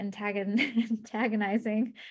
antagonizing